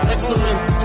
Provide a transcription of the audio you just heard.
Excellence